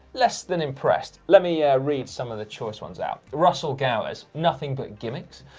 less than impressed. let me yeah read some of the choice ones out. russell gowers, nothing but gimmicks.